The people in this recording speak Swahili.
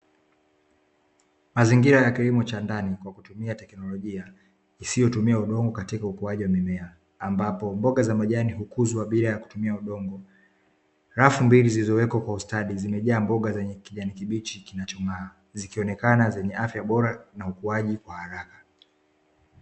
mazingira ya kilimo cha ndani kwa kutumia tekinolijia, kisicho tumia udongo ambapo mboga za majani ukuzwa bila kutumia udongo rafu mbili zilizowekwa kwa ustadi zimejaa mboga zenye kijani kibjiichi kinachong'aa zikionekana zenye afya bora na ukuaji wa haraka.